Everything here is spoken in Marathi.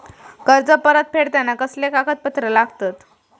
कर्ज परत फेडताना कसले कागदपत्र लागतत?